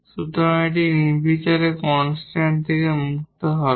সুতরাং এটি নির্বিচারে কনস্ট্যান্ট থেকে মুক্ত হবে